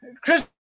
Chris